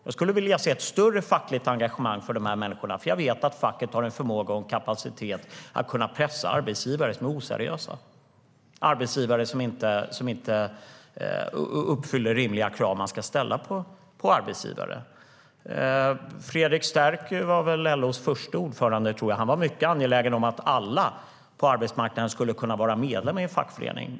Jag skulle vilja se ett större fackligt engagemang för dessa människor, för jag vet att facket har förmåga och kapacitet att pressa oseriösa arbetsgivare som inte uppfyller rimliga krav. Fredrik Sterky var väl LO:s första ordförande. Han var mycket angelägen om att alla på arbetsmarknaden skulle kunna vara medlemmar i en fackförening.